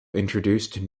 introduced